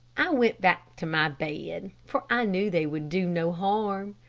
i went back to my bed, for i knew they would do no harm.